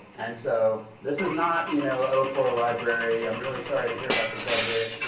and so this is not, you know oh poor library, i'm really sorry to hear about your budget,